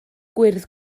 gwyrdd